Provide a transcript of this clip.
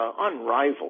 unrivaled